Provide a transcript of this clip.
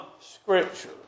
Scripture